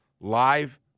live